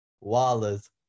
Wallace